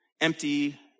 empty